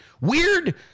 Weird